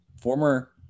former